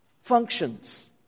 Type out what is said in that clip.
Functions